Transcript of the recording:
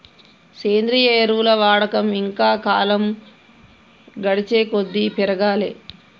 సేంద్రియ ఎరువుల వాడకం ఇంకా కాలం గడిచేకొద్దీ పెరగాలే